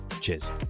Cheers